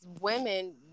women